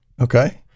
okay